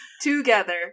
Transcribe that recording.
Together